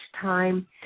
time